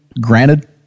granted